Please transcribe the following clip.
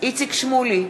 איציק שמולי,